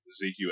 Ezekiel